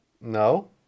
No